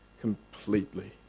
completely